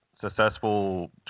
successful